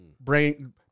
brain